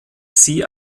sie